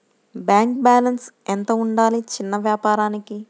Bank balance ఎంత ఉండాలి చిన్న వ్యాపారానికి?